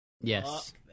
Yes